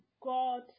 God